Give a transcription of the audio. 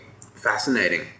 fascinating